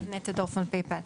נטע דורפמן, PayPal.